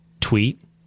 tweet